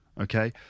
okay